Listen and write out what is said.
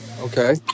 Okay